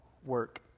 work